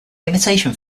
imitation